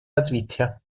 развития